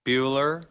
Bueller